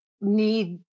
need